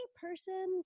person